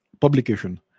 publication